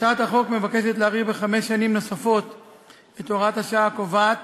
הצעת החוק מבקשת להאריך בחמש שנים נוספות את הוראת השעה הקובעת